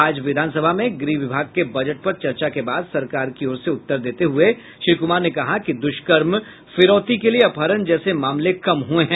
आज विधानसभा में गृह विभाग के बजट पर चर्चा के बाद सरकार की ओर से उत्तर देते हुए श्री कुमार ने कहा कि दुष्कर्म फिरौती के लिये अपहरण जैसे मामले कम हुए हैं